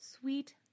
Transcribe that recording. sweet